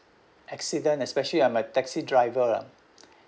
accident especially I'm a taxi driver lah